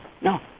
no